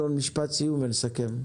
אלון טל, משפט סיום ונסכם את הדיון.